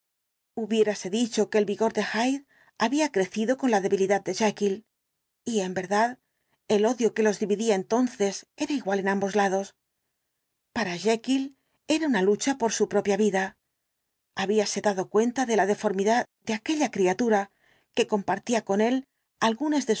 vitales hubiérase dicho que el vigor de hyde había crecido con la debilidad de jekyll y en verdad el odio que los dividía entonces era igual en ambos lados para jekyll era una lucha por su propia vida habíase dado cuenta de la deformidad de aquella criatura que compartía con él algunas de